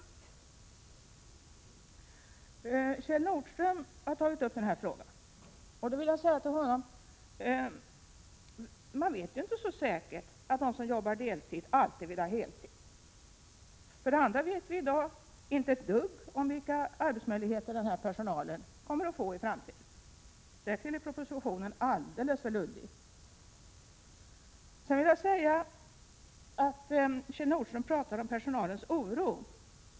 Kjell Nordström har tagit upp den här frågan. Till honom vill jag säga: Man vet inte så säkert att de som jobbar deltid vill ha heltid. Vi vet inte heller ett " dugg om vilka arbetsmöjligheter den här personalen kommer att få i framtiden — därtill är propositionen alldeles för luddig. Kjell Nordström pratar om personalens oro.